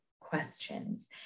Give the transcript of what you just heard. questions